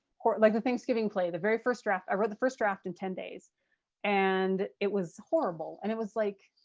like the thanksgiving play, the very first draft, i wrote the first draft in ten days and it was horrible. and it was like